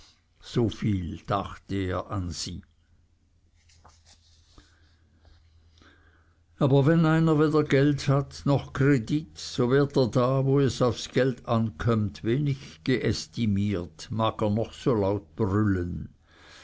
so viel dachte er an sie aber wenn einer weder geld hat noch kredit so wird er da wo es auf geld ankömmt wenig geästimiert mag er noch so laut brüllen